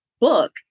book